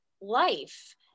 life